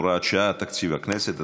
הוראת שעה) (תקציב הכנסת),